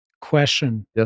Question